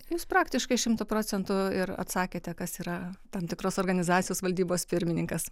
jūs praktiškai šimtu procentų ir atsakėte kas yra tam tikros organizacijos valdybos pirmininkas